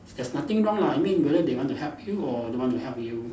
there's nothing wrong lah I mean whether they want to help you or don't want to help you